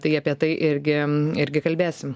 tai apie tai irgi irgi kalbėsim